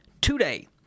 today